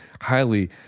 highly